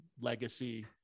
legacy